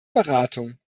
beratung